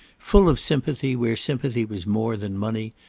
full of sympathy where sympathy was more than money,